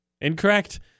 Incorrect